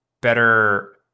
better